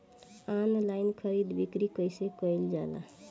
Online खरीद बिक्री कइसे कइल जाला?